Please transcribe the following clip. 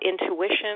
intuition